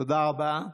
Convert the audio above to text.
תודה רבה.